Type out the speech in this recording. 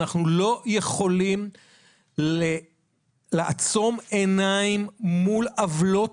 אנחנו לא יכולים לעצום עיניים מול עוולות